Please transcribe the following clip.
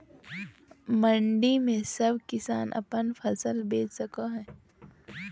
मंडी में सब किसान अपन फसल बेच सको है?